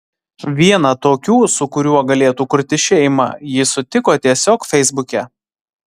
vieną tokių su kuriuo galėtų kurti šeimą ji sutiko tiesiog feisbuke